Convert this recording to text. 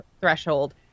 threshold